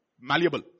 malleable